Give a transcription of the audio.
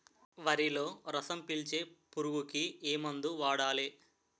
వరిలో రసం పీల్చే పురుగుకి ఏ మందు వాడాలి?